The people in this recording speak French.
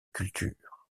culture